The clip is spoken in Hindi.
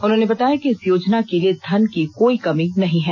उन्होंने बताया कि इस योजना के लिए धन की कोई कमी नहीं है